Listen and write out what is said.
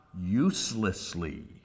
uselessly